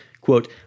Quote